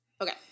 okay